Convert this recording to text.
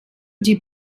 die